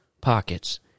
pockets